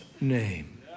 name